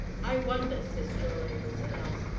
i wonder says joel amos at last,